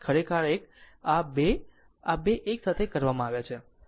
ખરેખર આ એક આ 2 આ 2 આ એક સાથે કરવામાં આવ્યાં છે